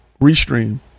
Restream